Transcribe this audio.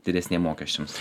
didesniem mokesčiams